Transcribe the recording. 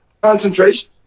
Concentration